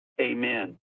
amen